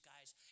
guys